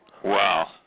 Wow